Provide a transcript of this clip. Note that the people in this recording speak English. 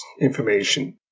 information